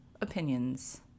opinions